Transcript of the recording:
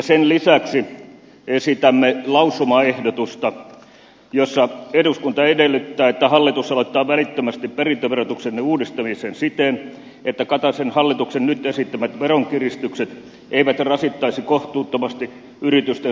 sen lisäksi esitämme lausumaehdotusta jossa eduskunta edellyttää että hallitus aloittaa välittömästi perintöverotuksen uudistamisen siten että kataisen hallituksen nyt esittämät veronkiristykseet eivät rasittaisi kohtuuttomasti yritysten sukupolvenvaihdostilanteita